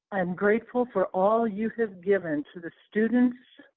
i'm grateful for all you have given to the students,